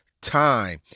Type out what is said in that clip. time